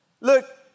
Look